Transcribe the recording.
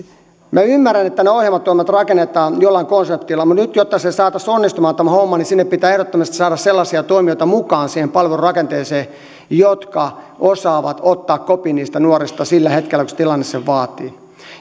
minä ymmärrän että ne ohjaamot rakennetaan jollain konseptilla mutta nyt jotta saataisiin onnistumaan tämä homma pitää ehdottomasti saada sellaisia toimijoita mukaan siihen palvelurakenteeseen jotka osaavat ottaa kopin niistä nuorista sillä hetkellä kun se tilanne sen vaatii